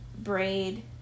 braid